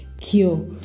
cure